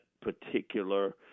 particular